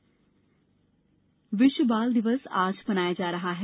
विश्व बाल दिवस विश्व बाल दिवस आज मनाया जा रहा है